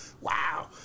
Wow